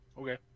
okay